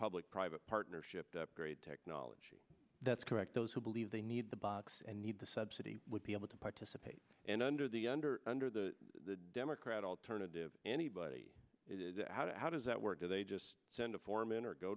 public private partnership great technology that's correct those who believe they need the box and need the subsidy would be able to participate and under the under under the democrat alternative anybody how does that work do they just send a form in or go